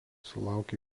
sulaukė